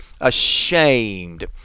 ashamed